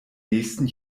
nächsten